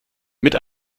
mit